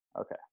Okay